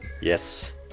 Yes